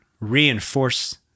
reinforce